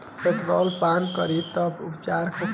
Petrol पान करी तब का उपचार होखेला?